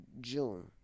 June